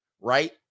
right